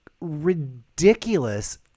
ridiculous